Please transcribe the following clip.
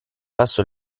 passò